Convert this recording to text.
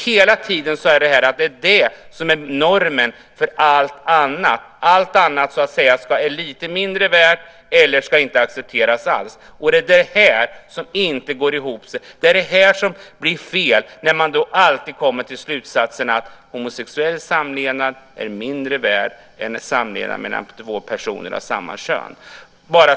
Hela tiden är det äktenskapet som är normen. Allt annat är lite mindre värt eller också ska det inte accepteras alls. Det är detta som inte går ihop. Det blir fel när man alltid kommer till slutsatsen att homosexuell samlevnad är mindre värd än en samlevnad mellan två personer av olika kön.